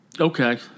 Okay